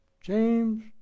James